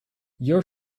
your